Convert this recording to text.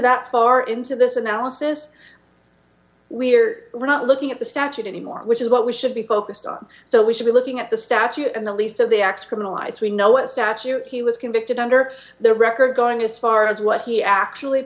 that far into this analysis we're we're not looking at the statute anymore which is what we should be focused on so we should be looking at the statute and the least of the acts criminalized we know what statute he was convicted under their record going this far as what he actually